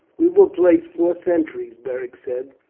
we will place four sentries, beric said,